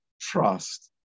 trust